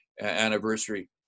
anniversary